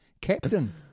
Captain